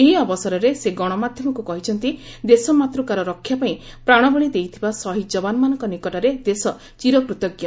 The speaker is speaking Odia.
ଏହି ଅବସରରେ ସେ ଗଣମାଧ୍ୟମକୁ କହିଛନ୍ତି ଦେଶ ମାତୃକାର ରକ୍ଷା ପାଇଁ ପ୍ରାଣବଳୀ ଦେଇଥିବା ଶହୀଦ୍ ଯବାନ୍ମାନଙ୍କ ନିକଟରେ ଦେଶ ଚୀର କୃତଜ୍ଞ